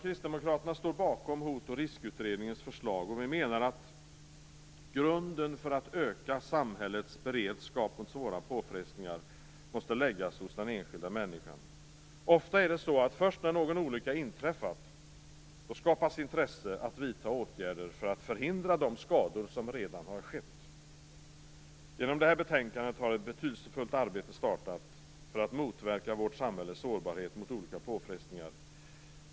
Kristdemokraterna står bakom Hotoch riskutredningens förslag. Vi menar att grunden för att öka samhällets beredskap mot svåra påfrestningar måste läggas hos den enskilda människan. Oftast är det först när någon olycka inträffat som det skapas intresse att vidta åtgärder för att förhindra de skador som redan har skett. Med det här betänkandet har ett betydelsefullt arbete startat för att motverka vårt samhälles sårbarhet mot olika påfrestningar.